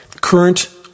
Current